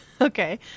Okay